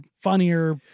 funnier